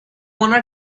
wanna